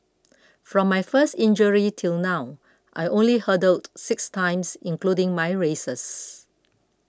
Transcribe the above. from my first injury till now I only hurdled six times including my races